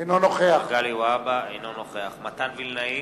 אינו נוכח מתן וילנאי,